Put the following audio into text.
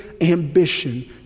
ambition